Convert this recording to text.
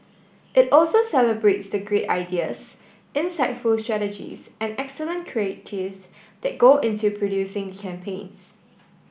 it also celebrates the great ideas insightful strategies and excellent creatives that go into producing the campaigns